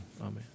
Amen